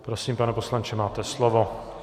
Prosím, pane poslanče, máte slovo.